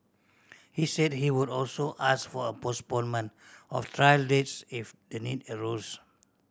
he said he would also ask for a postponement of trial dates if the need arose